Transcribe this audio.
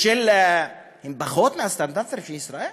הם פחות מהסטנדרטים בישראל?